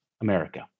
America